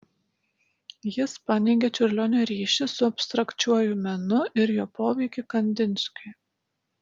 jis paneigė čiurlionio ryšį su abstrakčiuoju menu ir jo poveikį kandinskiui